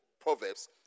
Proverbs